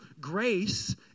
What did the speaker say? Grace